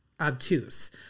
obtuse